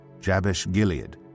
Jabesh-Gilead